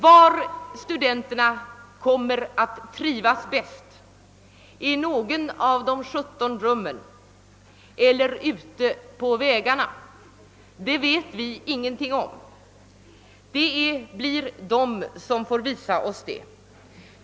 Var studenterna kommer att trivas bäst — i något av de 17 rummen eller på de andra utbildningsvägarna — vet vi inget om. Det blir de studerande själva som får visa oss detta.